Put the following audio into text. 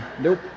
nope